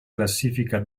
classifica